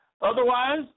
Otherwise